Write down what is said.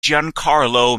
giancarlo